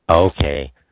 Okay